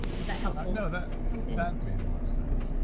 is that helpful? no, that made a lot of sense.